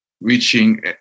reaching